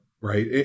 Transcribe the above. right